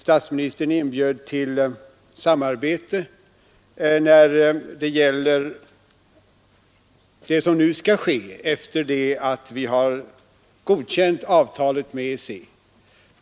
Statsministern inbjöd till samarbete om det som nu skall ske, sedan vi har godkänt avtalet med EEC.